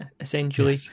essentially